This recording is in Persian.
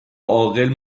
عاقل